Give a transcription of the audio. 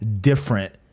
different